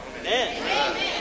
Amen